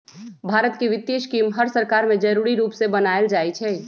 भारत के वित्तीय स्कीम हर सरकार में जरूरी रूप से बनाएल जाई छई